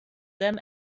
them